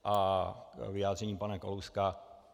A k vyjádření pana Kalouska.